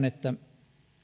että